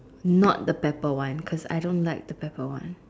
not the pepper one cause I don't like the pepper one